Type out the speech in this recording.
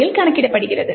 ஐ கணக்கிடுகிறது